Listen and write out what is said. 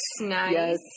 Nice